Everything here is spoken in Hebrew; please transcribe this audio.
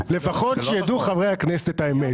לפחות שיידעו חברי הכנסת את האמת.